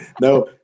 No